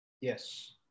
Yes